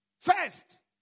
first